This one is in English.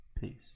Peace